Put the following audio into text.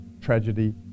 tragedy